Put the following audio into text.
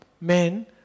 men